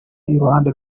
iruhande